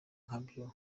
kwabyo